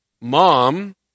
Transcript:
mom